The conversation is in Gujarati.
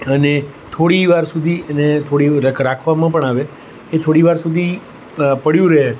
અને થોડીવાર સુધી એને થોડી રાખવામાં પણ આવે કે થોડીવાર સુધી પડ્યું રહે